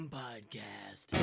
podcast